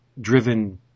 Driven